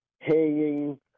hanging